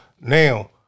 Now